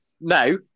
no